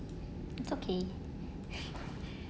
it's okay